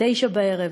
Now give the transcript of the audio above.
21:00,